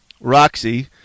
Roxy